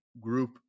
group